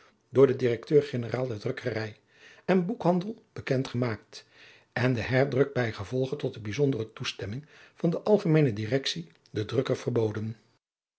door den directeur generaal der drukkerij en boekhandel bekend gemaakt en de herdruk bijgevolge tot de bijzondere toestemming van de algemeene directie den drukker